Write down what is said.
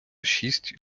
шість